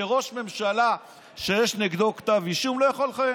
שראש ממשלה שיש נגדו כתב אישום לא יכול לכהן.